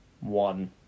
one